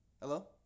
Hello